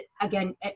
again